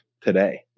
today